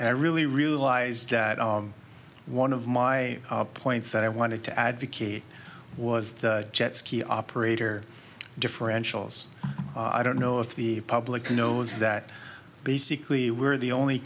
and i really realized that one of my points that i wanted to advocate was the jet ski operator differentials i don't know if the public knows that basically we're the only